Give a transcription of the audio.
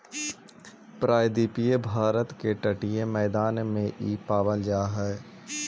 प्रायद्वीपीय भारत के तटीय मैदान में इ पावल जा हई